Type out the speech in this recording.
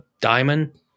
diamond